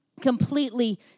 completely